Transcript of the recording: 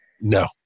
no